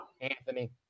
Anthony